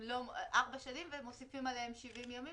ארבע שנים ומוסיפים עליהן 70 ימים,